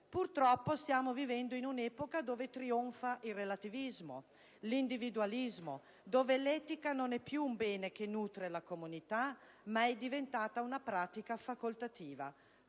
purtroppo vivendo in un'epoca dove trionfa il relativismo, l'individualismo, dove l'etica non è più un bene che nutre la comunità, ma è diventata una pratica facoltativa.